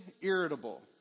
irritable